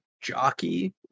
jockey